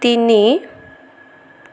তিনি